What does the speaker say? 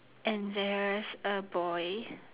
and there's a boy